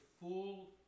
full